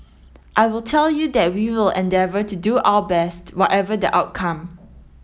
I will tell you that we will endeavour to do our best whatever the outcome